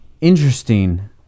interesting